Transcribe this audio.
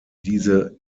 diese